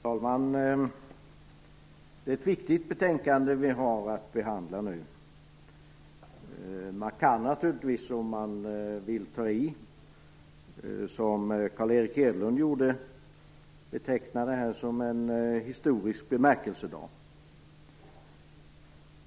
Herr talman! Det är ett viktigt betänkande vi har att behandla nu. Man kan naturligtvis, om man vill ta i, som Carl Erik Hedlund gjorde, beteckna det här som en historisk bemärkelsedag.